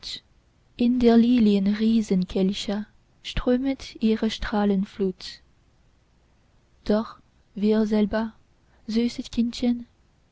in der lilien riesenkelche strömet ihre strahlenflut doch wir selber süßes kindchen